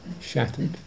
shattered